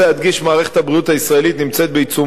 מערכת הבריאות הישראלית נמצאת בעיצומו של תהליך